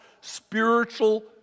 spiritual